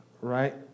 Right